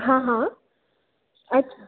हा हा अच्छा